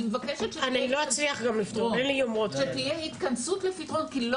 אני מבקשת שתהיה התכנסות לפתרון כי לא